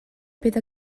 bydd